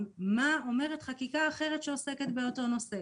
מה אומרת חקיקה אחרת שעוסקת באותו נושא,